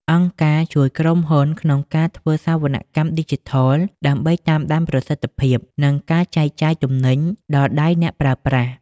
អង្គការជួយក្រុមហ៊ុនក្នុងការធ្វើសវនកម្មឌីជីថល ដើម្បីតាមដានប្រសិទ្ធភាពនៃការចែកចាយទំនិញដល់ដៃអ្នកប្រើប្រាស់។